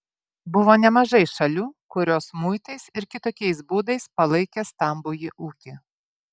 buvo nemažai šalių kurios muitais ir kitokiais būdais palaikė stambųjį ūkį